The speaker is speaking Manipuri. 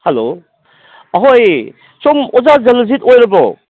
ꯍꯦꯜꯂꯣ ꯑꯍꯣꯏ ꯁꯣꯝ ꯑꯣꯖꯥ ꯖꯜꯂꯖꯤꯠ ꯑꯣꯏꯔꯕꯣ